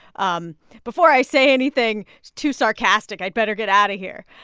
um before i say anything too sarcastic, i'd better get out of here.